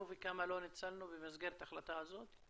וכמה לא ניצלנו במסגרת ההחלטה הזאת?